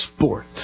sport